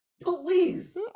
Police